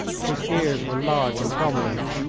his ears were large and prominent.